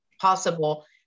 possible